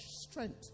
strength